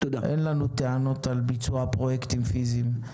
אין לנו טענות על ביצוע פרויקטים פיזיים.